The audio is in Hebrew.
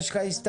יש לך הסתייגות,